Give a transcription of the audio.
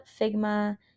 Figma